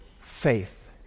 faith